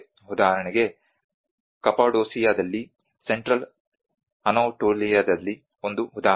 ಉದಾಹರಣೆಗೆ ಕಪಾಡೋಸಿಯಾದಲ್ಲಿ ಸೆಂಟ್ರಲ್ ಅನಾಟೋಲಿಯಾದಲ್ಲಿ ಒಂದು ಉದಾಹರಣೆ